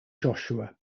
joshua